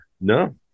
No